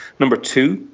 number two,